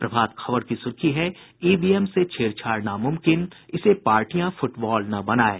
प्रभात खबर की सुर्खी है ईवीएम से छेड़छाड़ नामुमकिन इसे पार्टियां फुटबॉल न बनाये